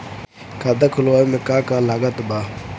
खाता खुलावे मे का का लागत बा?